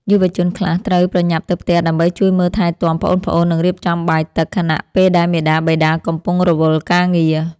យុវជនខ្លះត្រូវប្រញាប់ទៅផ្ទះដើម្បីជួយមើលថែទាំប្អូនៗនិងរៀបចំបាយទឹកខណៈពេលដែលមាតាបិតាកំពុងរវល់ការងារ។